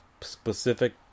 specific